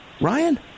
Ryan